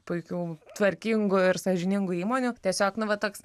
puikių tvarkingų ir sąžiningų įmonių tiesiog nu va toks